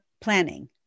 planning